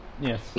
Yes